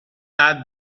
add